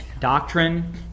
doctrine